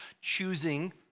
Choosing